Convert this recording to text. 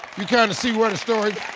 you kind of see where the story